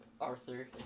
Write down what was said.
Arthur